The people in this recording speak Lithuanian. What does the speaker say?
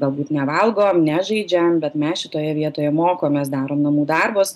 galbūt nevalgom nežaidžiam bet mes šitoje vietoje mokomės darom namų darbus